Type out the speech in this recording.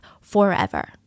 forever